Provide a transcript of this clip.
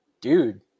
Dude